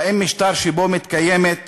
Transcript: האם משטר שבו מתקיימות